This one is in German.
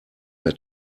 mehr